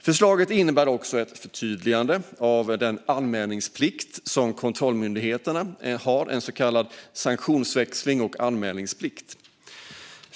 Förslaget innebär också ett förtydligande av den anmälningsplikt som kontrollmyndigheterna har, liksom en så kallad sanktionsväxling.